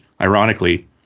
ironically